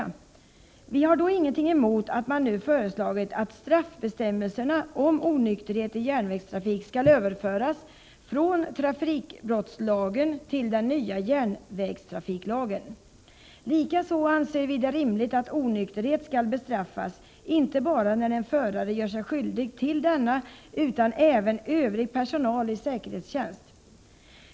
Vi har under dessa förhållanden ingenting emot att man nu föreslagit att straffbestämmelserna om onykterhet i järnvägstrafik skall överföras från trafikbrottslagen till den nya järnvägstrafiklagen. Likaså anser vi det rimligt att onykterhet skall bestraffas inte bara när en förare gör sig skyldig till denna, utan även i fall som gäller övrig personal i säkerhetstjänst.